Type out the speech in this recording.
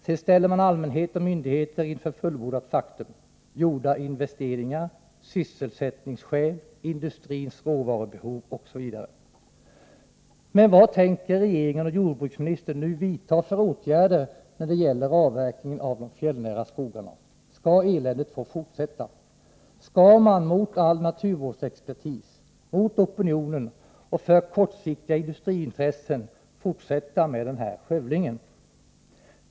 Sedan ställer man allmänhet och myndigheter inför fullbordat faktum — gjorda investeringar, sysselsättningsskäl, industrins råvarubehov osv. Men vad tänker regeringen och jordbruksministern nu vidta för åtgärder när det gäller avverkningen av de fjällnära skogarna? Skall eländet få fortsätta? Skall man mot all naturvårdsexpertis, mot opinionen och för kortsiktiga industriintressen fortsätta med den här skövlingen?